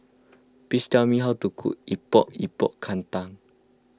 please tell me how to cook Epok Epok Kentang